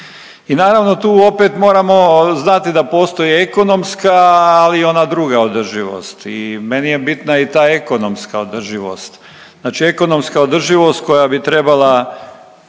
I naravno da tu opet moramo znati da postoji ekonomska, ali i ona druga održivost i meni je bitna i ta ekonomska održivost. Znači ekonomska održivost koja bi trebala